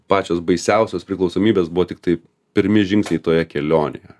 pačios baisiausios priklausomybės buvo tiktai pirmi žingsniai toje kelionėje